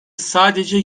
sadece